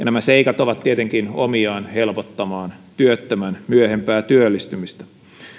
nämä seikat ovat tietenkin omiaan helpottamaan työttömän myöhempää työllistymistä